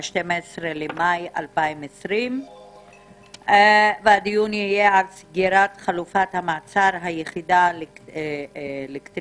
ה-12 במאי 2020. הדיון יהיה על סגירת חלופת המעצר היחידה לקטינים,